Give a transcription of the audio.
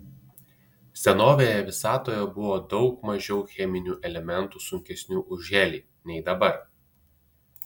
senovėje visatoje buvo daug mažiau cheminių elementų sunkesnių už helį nei dabar